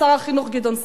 שר החינוך גדעון סער.